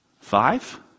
five